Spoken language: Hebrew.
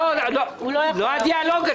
לא יהיה כאן דיאלוג.